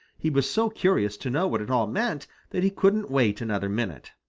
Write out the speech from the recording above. he was so curious to know what it all meant that he couldn't wait another minute.